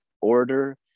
order